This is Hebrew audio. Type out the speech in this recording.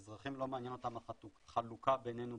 את האזרחים לא מעניינת החלוקה בינינו,